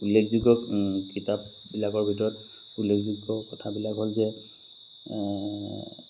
উল্লেখযোগ্য কিতাপবিলাকৰ ভিতৰত উল্লেখযোগ্য কথাবিলাক হ'ল যে